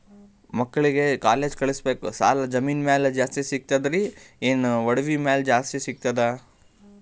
ಮಕ್ಕಳಿಗ ಕಾಲೇಜ್ ಕಳಸಬೇಕು, ಸಾಲ ಜಮೀನ ಮ್ಯಾಲ ಜಾಸ್ತಿ ಸಿಗ್ತದ್ರಿ, ಏನ ಒಡವಿ ಮ್ಯಾಲ ಜಾಸ್ತಿ ಸಿಗತದ?